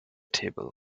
table